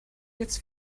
jetzt